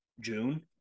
June